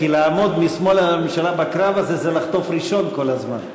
כי לעמוד משמאל לממשלה בקרב הזה זה לחטוף ראשון כל הזמן,